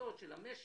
מפוצצות של המשק.